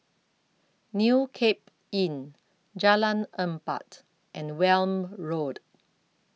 New Cape Inn Jalan Empat and Welm Road